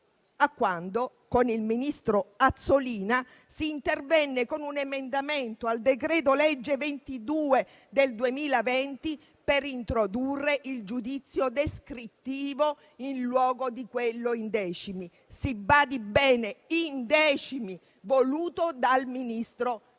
a quando, con il ministro Azzolina, si intervenne con un emendamento al decreto-legge n. 22 del 2020 per introdurre il giudizio descrittivo in luogo di quello in decimi - si badi bene: in decimi - voluto dal ministro Fedeli.